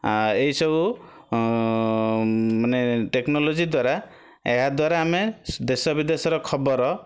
ଆ ଏଇ ସବୁ ମାନେ ଟେକ୍ନୋଲୋଜି ଦ୍ଵାରା ଏହା ଦ୍ଵାରା ଆମେ ଦେଶ ବିଦେଶର ଖବର